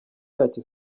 yacu